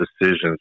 decisions